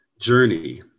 Journey